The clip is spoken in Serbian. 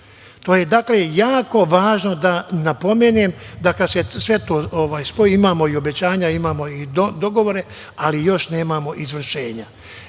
To je jako važno da napomenem da kada se sve to spoji, imamo i obećanja i dogovore, ali još nemamo izvršenja. Ukratko